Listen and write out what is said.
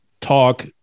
talk